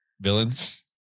Villains